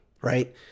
right